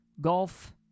Golf